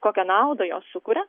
kokią naudą jos sukuria